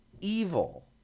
evil